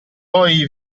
poi